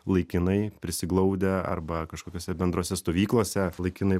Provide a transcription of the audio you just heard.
laikinai prisiglaudę arba kažkokiose bendrose stovyklose laikinai